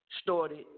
started